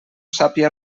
sàpia